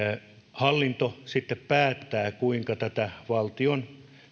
hallinto sitten päättää kuinka tätä valtion